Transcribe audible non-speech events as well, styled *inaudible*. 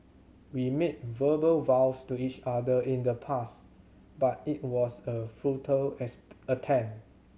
we made verbal vows to each other in the past but it was a futile *unintelligible* attempt